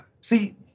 See